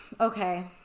Okay